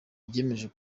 byemejwe